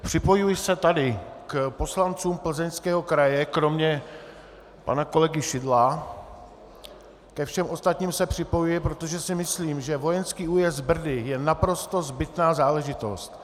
Připojuji se tady k poslancům Plzeňského kraje, kromě pana kolegy Šidla, ke všem ostatním se připojuji, protože si myslím, že vojenský újezd Brdy je naprosto zbytná záležitost.